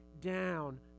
down